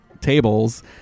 tables